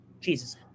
Jesus